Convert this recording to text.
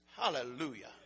Hallelujah